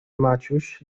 maciuś